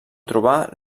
trobar